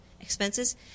expenses